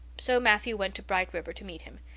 so matthew went to bright river to meet him.